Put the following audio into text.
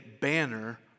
banner